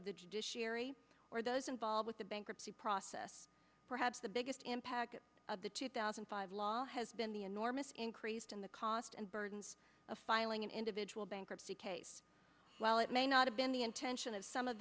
judiciary or those involved with the bankruptcy process perhaps the biggest impact of the two thousand and five law has been the enormous increased in the cost and burdens of filing an individual bankruptcy case while it may not have been the intention of some of